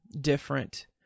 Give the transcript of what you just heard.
different